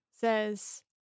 says